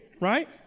right